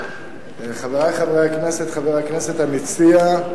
חברי חברי הכנסת, חבר הכנסת המציע,